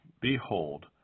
behold